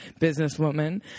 businesswoman